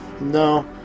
no